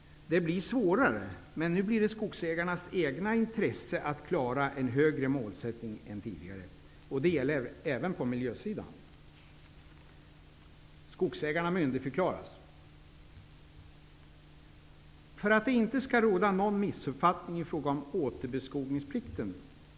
Det blir svårare, men nu blir det i skogsägarnas eget intresse att klara en högre målsättning än tidigare. Det gäller även miljöfrågor. Skogsägarna myndigförklaras. I en del artiklar har det kommit fram ett ifrågasättande av återbeskogningsplikten.